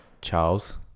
Charles